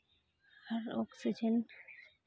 ᱟᱨ oxygen